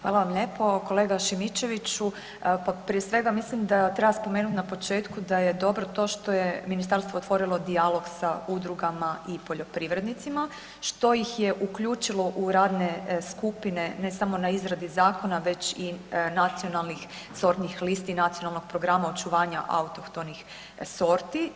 Hvala vam lijepo kolega Šimičeviću, pa prije svega mislim da treba spomenuti na početku da je dobro to što je ministarstvo otvorilo dijalog sa udrugama i poljoprivrednicima, što ih je uključilo u radne skupine ne samo na izradi zakona već i nacionalnih sortnih listi i nacionalnog programa očuvanja autohtonih sorti.